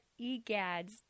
egads